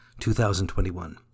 2021